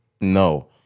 No